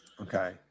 Okay